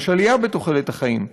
יש עלייה בתוחלת החיים.